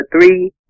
Three